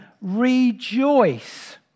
rejoice